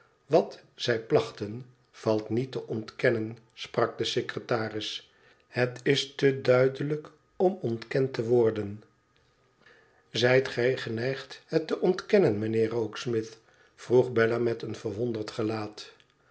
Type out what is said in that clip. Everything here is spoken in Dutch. wat zij plachten valt niet te ontkennen sprak de secretaris ihet is te duidelijk om ontkend te worden zijt gij geneigd het te ontkennen mijnheer rokesmith vroeg bella met een verwonderd gelaat